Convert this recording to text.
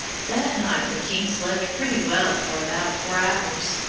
that night the king slept pretty well for about four hours,